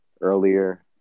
earlier